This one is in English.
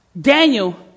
Daniel